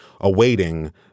awaiting